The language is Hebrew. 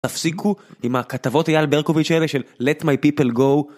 תפסיקו עם הכתבות אייל ברקוביץ' האלה של let my people go